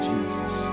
Jesus